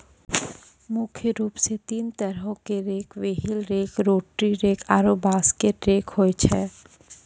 मुख्य रूप सें तीन तरहो क rake wheel rake, rotary rake आरु बास्केट रेक होय छै